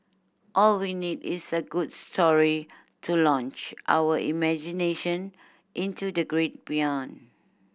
all we need is a good story to launch our imagination into the great beyond